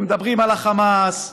ומדברים על החמאס,